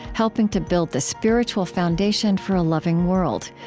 helping to build the spiritual foundation for a loving world.